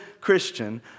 Christian